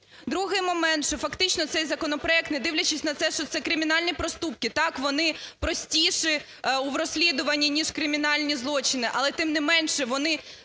Другий момент, що фактично цей законопроект, не дивлячись на те, що це кримінальні проступки… Так, вони простіші у розслідування ніж кримінальні злочині, але тим не менше, вони